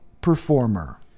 performer